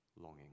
longing